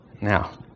Now